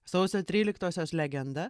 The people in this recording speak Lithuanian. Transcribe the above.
sausio tryliktosios legenda